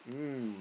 mm